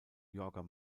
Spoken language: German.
yorker